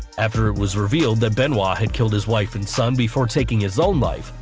after it was revealed that benoit had killed his wife and son before taking his own life,